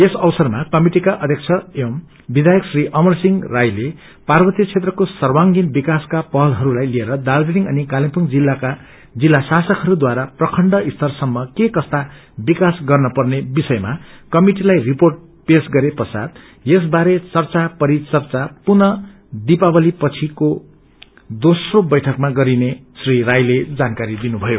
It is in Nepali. यस अवसरमा कमिटिका अध्यक्ष एवी वधयक श्री अमर सिंह राईले पार्वत्य क्षेत्रको सर्वागीण विकासका पहलहरूलाई लिएर दाज्रीलिङ अनि कालेबुङ जिल्लाका जिल्लाशासकहरूद्वारा प्रखण्ड स्तर सम्म के कस्ता विकास गर्न पर्ने विषयमा कमिटिलाई रिपोेट पेश गरे पश्चात यसबारे चर्चा परिचच्य पुनः दिपाक्ली पछि आयोजन गरिने दोस्रो बैठकमा हुने श्री राईले जानकारी दिनुभयो